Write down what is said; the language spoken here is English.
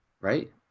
Right